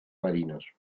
marinos